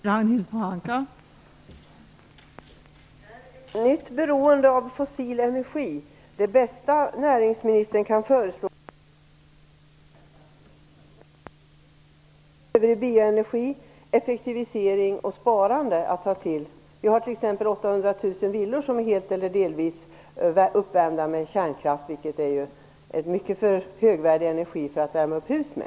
Fru talman! Är ett nytt beroende av fossil energi det bästa näringsministern kan föreslå som ett alternativ till kärnkraft när det finns biogas, bioenergi, effektivering och sparande att ta till? Vi har t.ex. 800 000 villor som helt eller delvis värms upp med kärnkraft, och det är en alldeles för högvärdig energi för att värma upp hus med.